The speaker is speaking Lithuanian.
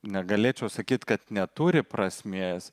negalėčiau sakyt kad neturi prasmės